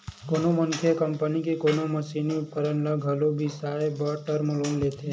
कोनो मनखे ह कंपनी के कोनो मसीनी उपकरन ल घलो बिसाए बर टर्म लोन लेथे